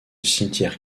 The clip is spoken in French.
cimetière